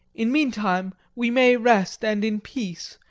in meantime we may rest and in peace,